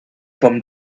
from